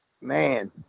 Man